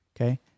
Okay